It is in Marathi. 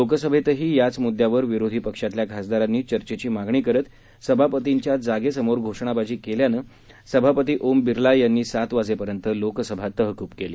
लोकसभेतही याच मुद्यावर विरोधी पक्षातल्या खासदारांनी चर्चेची मागणी करत सभापतींच्या जागेसमोर घोषणाबाजी केल्यामुळे सभापती ओम बिर्ला यांनी सातवाजेपर्यंत लोकसभा तहकूब केली